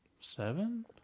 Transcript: Seven